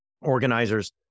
organizers